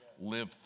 live